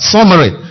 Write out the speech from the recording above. Summary